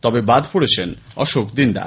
তবে বাদ পড়েছেন অশোক দিন্দা